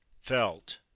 felt